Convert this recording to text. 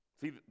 See